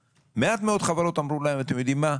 מעט מאוד חברות אמרו להם: אתם יודעים מה?